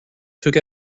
took